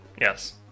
Yes